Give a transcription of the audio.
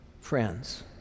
Friends